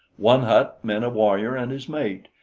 one hut meant a warrior and his mate,